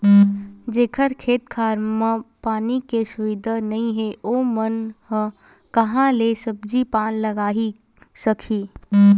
जेखर खेत खार मन म पानी के सुबिधा नइ हे ओमन ह काँहा ले सब्जी पान लगाए सकही